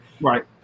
right